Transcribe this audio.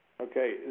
Okay